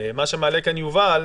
מה שמעלה כאן יובל,